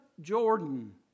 Jordan